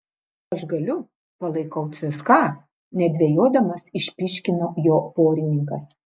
aš galiu palaikau cska nedvejodamas išpyškino jo porininkas